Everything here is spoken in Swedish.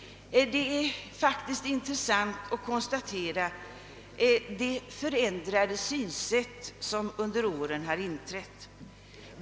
Det är faktiskt intressant att konstatera det förändrade synsätt som under åren inträtt.